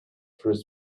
through